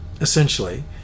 essentially